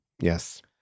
Yes